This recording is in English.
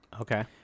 Okay